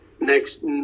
next